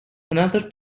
another